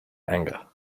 anger